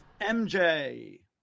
MJ